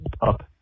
up